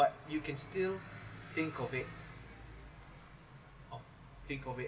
but you can still think of it oh think of it